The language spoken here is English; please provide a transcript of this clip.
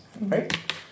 right